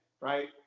right